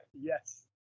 Yes